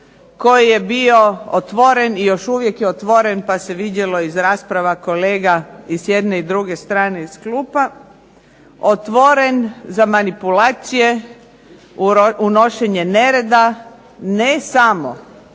koji je bio otvoren i još uvijek je otvoren pa se vidjelo iz rasprava kolega i s jedne i s druge strane iz klupa otvoren za manipulacije, unošenje nereda ne samo